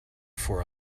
for